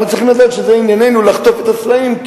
אנחנו צריכים לדעת שזה ענייננו לחטוף את הסלעים,